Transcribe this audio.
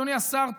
אדוני השר,